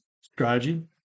strategy